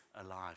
alive